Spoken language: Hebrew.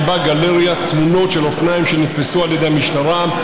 שבה גלריית תמונות של אופניים שנתפסו על ידי המשטרה.